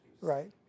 Right